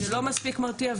זה לא מספיק מרתיע.